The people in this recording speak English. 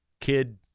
Kid